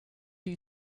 you